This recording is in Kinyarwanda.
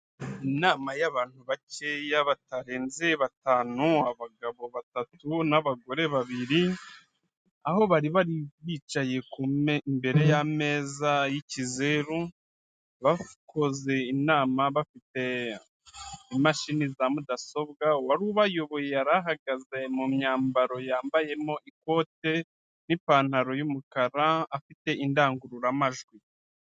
Inama y'abantu bakeya batarenze batanu abagabo batatu n'abagore babiri, aho bari bicaye ku imbere yameza y'ikizeru bakoze inama bafite imashini za mudasobwa. Uwari ubayoboye yari ahagaze mu myambaro yambayemo ikote n'ipantaro y'umukara afite indangururamajwi.